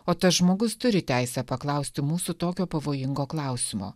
o tas žmogus turi teisę paklausti mūsų tokio pavojingo klausimo